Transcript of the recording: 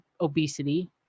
obesity